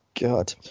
god